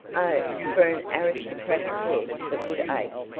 oh, for an aristocratic head that would ache!